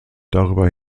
darüber